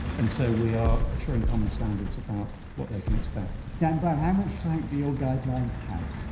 and so, we are assuring common standards about what they can expect dan brown, how much clout do your guidelines have?